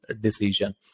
decision